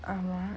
ஆமா:aamaa